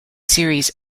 series